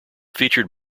featured